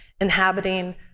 inhabiting